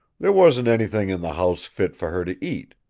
there wasn't anything in the house fit for her to eat.